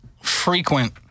frequent